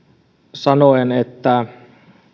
sanoen että